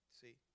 See